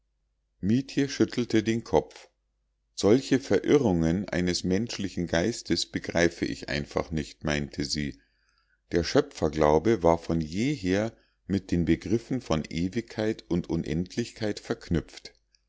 mietje schüttelte den kopf solche verirrungen des menschlichen geistes begreife ich einfach nicht meinte sie der schöpferglaube war von jeher mit den begriffen von ewigkeit und unendlichkeit verknüpft